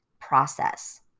process